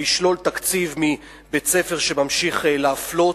לשלול תקציב מבית-ספר שממשיך להפלות,